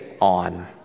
on